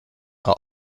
are